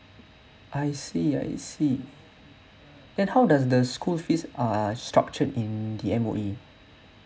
I see I see then how does the school fees err structured in the M_O_E